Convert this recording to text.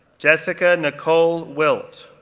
jessica nicole wilt,